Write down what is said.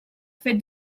fet